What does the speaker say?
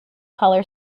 cover